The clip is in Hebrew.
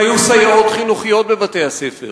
אם היו סייעות חינוכיות בבתי-הספר,